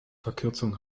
verkürzung